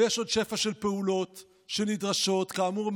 ויש עוד שפע של פעולות שנדרשות: כאמור,